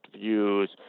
views